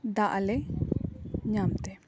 ᱫᱟᱜ ᱟᱞᱮ ᱧᱟᱢᱛᱮ